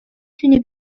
تونی